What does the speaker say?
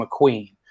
McQueen